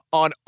on